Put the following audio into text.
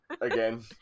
again